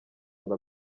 ngo